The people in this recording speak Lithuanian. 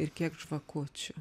ir kiek žvakučių